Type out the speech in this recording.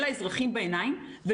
זה פייק סגר.